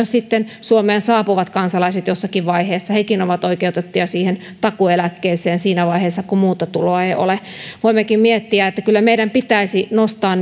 sitten myös suomeen saapuvat kansalaiset jossakin vaiheessa hekin ovat oikeutettuja siihen takuueläkkeeseen siinä vaiheessa kun muuta tuloa ei ole voimmekin miettiä että kyllä meidän pitäisi nostaa